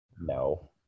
No